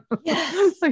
Yes